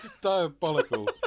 Diabolical